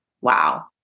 wow